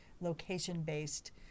location-based